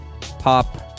pop